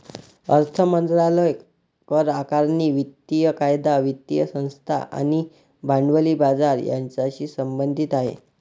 अर्थ मंत्रालय करआकारणी, वित्तीय कायदा, वित्तीय संस्था आणि भांडवली बाजार यांच्याशी संबंधित आहे